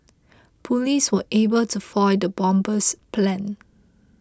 police were able to foil the bomber's plans